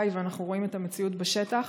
ואנחנו רואים את המציאות בשטח,